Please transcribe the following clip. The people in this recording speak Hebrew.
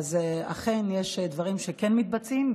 אכן, יש דברים שכן מתבצעים.